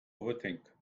overthink